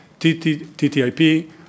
TTIP